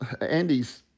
Andy's